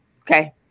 Okay